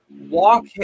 Walk